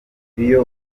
iyo